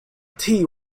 tea